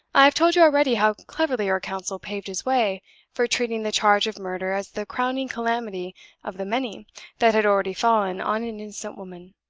i have told you already how cleverly her counsel paved his way for treating the charge of murder as the crowning calamity of the many that had already fallen on an innocent woman.